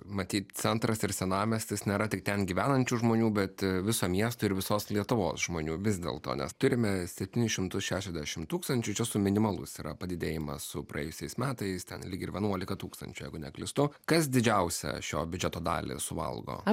matyt centras ir senamiestis nėra tik ten gyvenančių žmonių bet viso miesto ir visos lietuvos žmonių vis dėlto nes turime septynis šimtus šešiasdešim tūkstančių čia su minimalus yra padidėjimas su praėjusiais metais ten lyg ir vienuolika tūkstančių jeigu neklystu kas didžiausią šio biudžeto dalį suvalgo